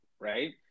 right